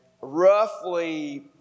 roughly